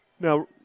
Now